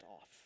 off